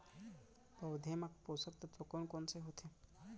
पौधे मा पोसक तत्व कोन कोन से होथे?